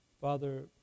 Father